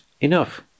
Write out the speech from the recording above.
enough